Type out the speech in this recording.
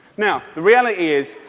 now, the reality is,